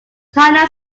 china